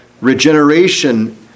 regeneration